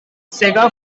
sega